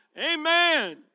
Amen